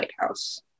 lighthouse